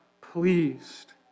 pleased